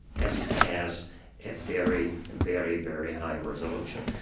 as it has a very, very, very high and resolution.